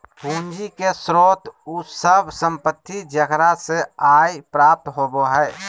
पूंजी के स्रोत उ सब संपत्ति जेकरा से आय प्राप्त होबो हइ